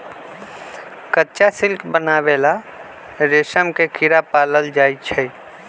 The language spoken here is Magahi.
कच्चा सिल्क बनावे ला रेशम के कीड़ा पालल जाई छई